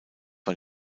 war